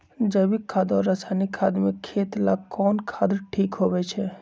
जैविक खाद और रासायनिक खाद में खेत ला कौन खाद ठीक होवैछे?